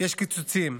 יש קיצוצים,